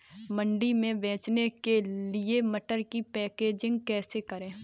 मंडी में बेचने के लिए मटर की पैकेजिंग कैसे करें?